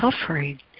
suffering